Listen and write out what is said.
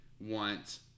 want